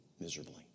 miserably